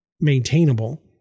maintainable